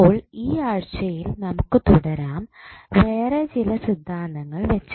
അപ്പോൾ ഈ ആഴ്ചയിൽ നമുക്ക് തുടരാം വേറെ ചില സിദ്ധാന്തങ്ങൾ വെച്ച്